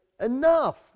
enough